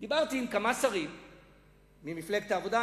דיברתי עם כמה שרים ממפלגת העבודה,